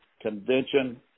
Convention